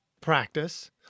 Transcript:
practice